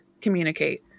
communicate